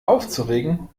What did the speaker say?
aufzuregen